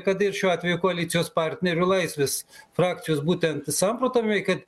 kad ir šiuo atveju koalicijos partnerių laisvės frakcijos būtent samprotavimai kad